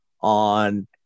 on